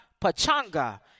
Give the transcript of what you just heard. Pachanga